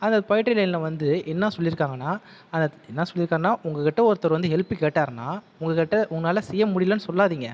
அந்த பொயட்ரி லைனில் வந்து என்ன சொல்லியிருக்காங்கன்னா அதை என்ன சொல்லியிருக்காங்கன்னா உங்ககிட்டே ஒருத்தரு வந்து ஹெல்ப்பு கேட்டாருன்னா உங்ககிட்டே உங்களால் செய்ய முடியலைன்னு சொல்லாதீங்க